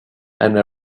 and